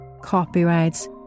copyrights